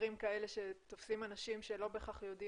למחקרים כאלה שתופסים אנשים שלא בהכרח יודעים